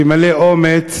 שמלא אומץ